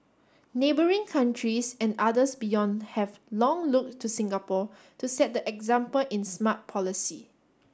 neighbouring countries and others beyond have long looked to Singapore to set the example in smart policy